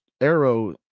arrow